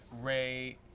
Ray